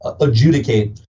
adjudicate